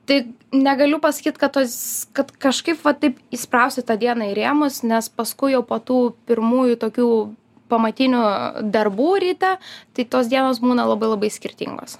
tai negaliu pasakyt kad tos kad kažkaip va taip įsprausti tą dieną į rėmus nes paskui jau po tų pirmųjų tokių pamatinių darbų ryte tai tos dienos būna labai labai skirtingos